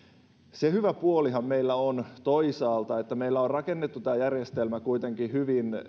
se hyvä puolihan meillä on toisaalta että meillä on rakennettu tämä järjestelmä kuitenkin hyvin